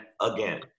again